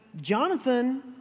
Jonathan